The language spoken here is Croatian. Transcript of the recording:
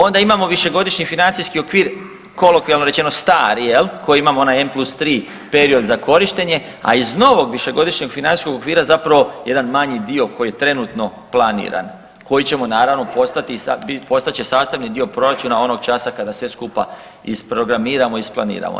Onda imamo višegodišnji financijski okvir kolokvijalno rečeno stari jel, koji imamo onaj M+3 period za korištenje, a iz novog višegodišnjeg financijskog okvira zapravo jedan manji dio koji trenutno planiran koji ćemo naravno postati, postat će sastavni dio Proračuna onog časa kada sve skupa isprogramiramo i isplaniramo.